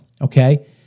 okay